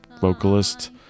vocalist